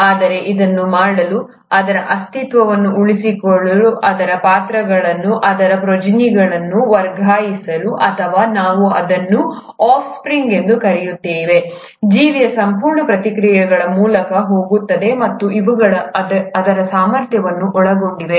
ಆದರೆ ಅದನ್ನು ಮಾಡಲು ಅದರ ಅಸ್ತಿತ್ವವನ್ನು ಉಳಿಸಿಕೊಳ್ಳಲು ಅದರ ಪಾತ್ರಗಳನ್ನು ಅದರ ಪ್ರೊಜೆನ್ಸಿಗೆ ವರ್ಗಾಯಿಸಲು ಅಥವಾ ನಾವು ಅದನ್ನು ಆಫ್-ಸ್ಪ್ರಿಂಗ್ ಎಂದು ಕರೆಯುತ್ತೇವೆ ಜೀವಿಯು ಸಂಪೂರ್ಣ ಪ್ರಕ್ರಿಯೆಗಳ ಮೂಲಕ ಹೋಗುತ್ತದೆ ಮತ್ತು ಇವುಗಳು ಅದರ ಸಾಮರ್ಥ್ಯವನ್ನು ಒಳಗೊಂಡಿವೆ